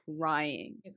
crying